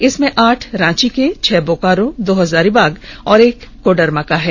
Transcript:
इसमें आठ रांची के छह बोकारो दो हजारीबाग और एक कोडरमा का है